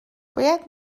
باید